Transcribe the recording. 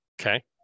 okay